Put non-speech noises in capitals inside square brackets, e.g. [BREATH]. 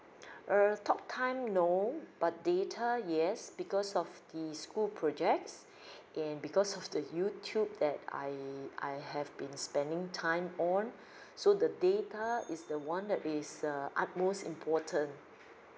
[BREATH] err talk time no but data yes because of the school projects [BREATH] and because of the youtube that I I have been spending time on [BREATH] so the data is the one that is uh utmost important